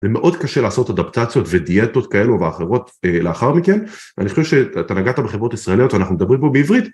ומאוד קשה לעשות אדפטציות ודיאטות כאלו ואחרות לאחר מכן ואני חושב שאתה נגעת בחברות ישראליות ואנחנו מדברים פה בעברית